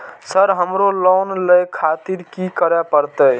Sir हमरो loan ले खातिर की करें परतें?